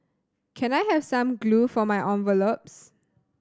can I have some glue for my envelopes